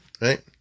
right